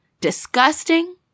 disgusting